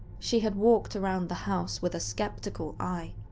she had walked around the house with a skeptical eye,